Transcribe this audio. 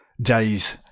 days